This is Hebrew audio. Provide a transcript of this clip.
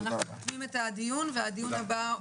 אני נועלת את הישיבה.